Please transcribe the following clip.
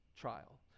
trial